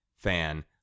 fan